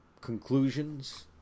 conclusions